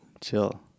chill